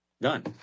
done